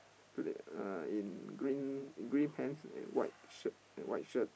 today uh in green green pants and white shirt white shirt